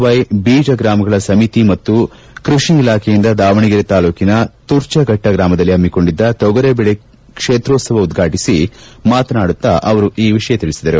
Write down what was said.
ವ್ಯ ಬೀಜ ಗ್ರಾಮಗಳ ಸಮಿತಿ ಮತ್ತು ಕೃಷಿ ಇಲಾಖೆಯಿಂದ ದಾವಣಗೆರೆ ತಾಲ್ಲೂಕಿನ ತುರ್ಚಫಟ್ಟ ಗ್ರಾಮದಲ್ಲಿ ಪಮ್ನಿಕೊಂಡಿದ್ದ ತೊಗರಿಬೇಳೆ ಕ್ಷೇತ್ರೋತ್ಸವ ಉದ್ವಾಟಿಸಿ ಮಾತನಾಡುತ್ತಾ ಈ ವಿಷಯ ತಿಳಿಸಿದ್ದಾರೆ